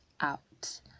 out